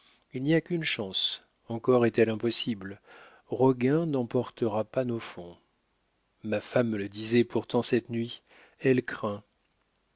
il n'y a qu'une chance encore est-elle impossible roguin n'emportera pas nos fonds ma femme me le disait pourtant cette nuit elle craint